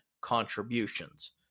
contributions